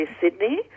Sydney